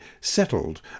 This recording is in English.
settled